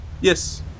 Yes